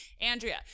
Andrea